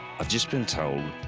i've just been told,